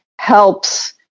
helps